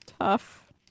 tough